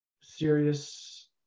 serious